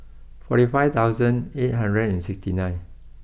fourty five thousand eight hundred sixty nine